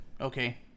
Okay